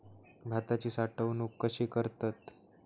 भाताची साठवूनक कशी करतत?